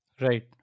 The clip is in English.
Right